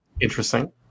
Interesting